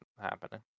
happening